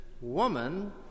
woman